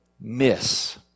miss